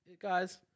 guys